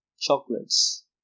chocolates